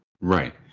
Right